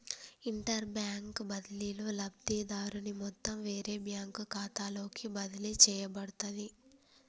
interbank బదిలీలో, లబ్ధిదారుని మొత్తం వేరే బ్యాంకు ఖాతాలోకి బదిలీ చేయబడుతది